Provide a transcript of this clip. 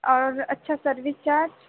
और अच्छा service charge